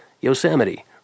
Yosemite